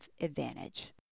advantage